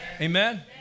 Amen